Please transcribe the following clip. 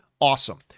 awesome